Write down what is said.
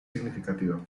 significativa